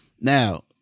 Now